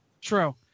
True